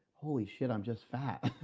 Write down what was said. holy shit, i'm just fat.